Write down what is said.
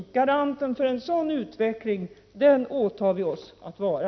Garanten för en sådan utveckling åtar vi oss att vara.